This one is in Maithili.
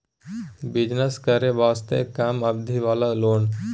बिजनेस करे वास्ते कम अवधि वाला लोन?